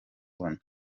kubona